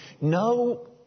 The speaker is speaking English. no